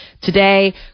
Today